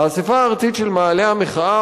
האספה הארצית של מאהלי המחאה,